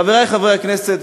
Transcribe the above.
חברי חברי הכנסת,